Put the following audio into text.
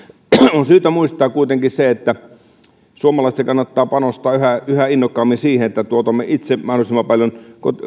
on syytä muistaa kuitenkin se että suomalaisten kannattaa panostaa yhä yhä innokkaammin siihen että tuotamme itse mahdollisimman paljon